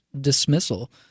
dismissal